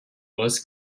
was